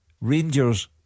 Rangers